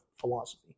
philosophy